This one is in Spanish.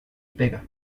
pega